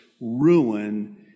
ruin